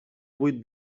vuit